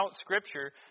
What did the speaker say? Scripture